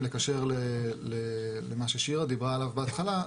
אם לקשר למה ששירה דיברה עליו בהתחלה,